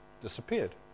disappeared